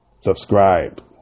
subscribe